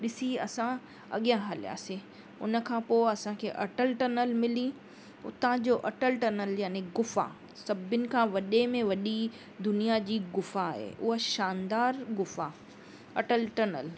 ॾिसी असां अॻियां हलियासीं उनखां पोइ असांखे अटल टनल मिली उतां जो अटल टनल यानी गुफ़ा सभिनि खां वॾे में वॾी दुनिया जी गुफ़ा आहे हूअ शानदार गुफ़ा अटल टनल